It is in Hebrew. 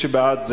מי שבעד,